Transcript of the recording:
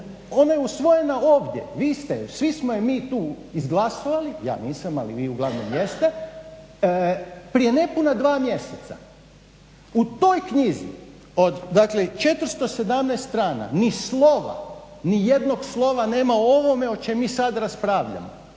ona je usvojena ovdje, vi ste ju, svi smo je mi tu izglasovali. Ja nisam, ali vi uglavnom jeste prije nepuna dva mjeseca. U toj knjizi od dakle 417 strana, ni slova, ni jednog slova nema o ovome o čem mi sad raspravljamo.